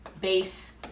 base